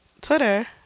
twitter